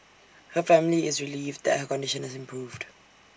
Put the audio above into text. her family is relieved that her condition has improved